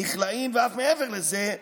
נכלאים ואף מעבר לזה,